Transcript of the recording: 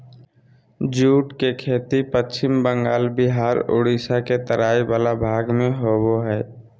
jute के खेती पश्चिम बंगाल बिहार उड़ीसा के तराई वला भाग में होबो हइ